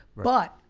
but,